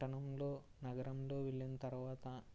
పట్టణంలో నగరంలో వెళ్లిన తరవాత